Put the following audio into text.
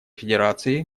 федерации